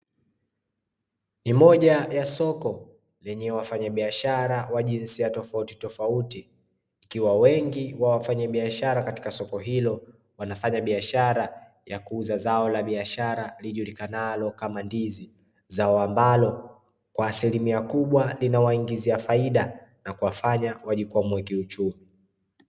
Ni moja ya soko lenye wafanyabiashara wa jinsia tofautitofauti ikiwa wengi wa wafanyabiashara katika soko hilo wanafanya biashara ya kuuza zao la biashara lijulikanayo kama ndizi, zao ambalo kwa asilimia kubwa linawaingizia faida na kuwafanya wajikwamue kiuchumi.